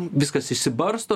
viskas išsibarsto